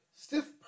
Stiff